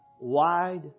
Wide